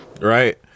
Right